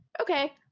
Okay